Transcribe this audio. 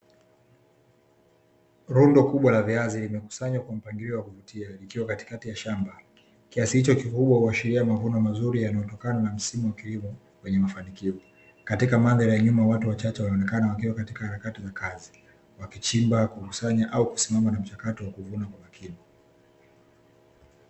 Rundo kubwa la viazi vimekusanywa kwa mpangilio wa kuvutia likiwa katikati ya shamba, kiasi hicho kikubwa huashiria mavuno mazuri yaliyotokana na msimu wa kilimo wenye mafanikio. Katika mandhari ya nyuma watu wachache wanaonekana wakiwa katika harakati za kazi wakichimba, kukusanya au kusimama na mchakato wa kuvuna kwa makini.